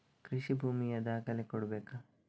ಕೃಷಿ ಭೂಮಿಯ ದಾಖಲೆ ಕೊಡ್ಬೇಕಾ?